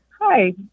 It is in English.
Hi